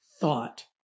thought